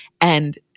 and-